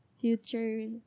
future